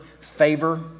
favor